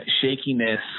shakiness